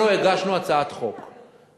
אנחנו הגשנו הצעת חוק,